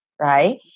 right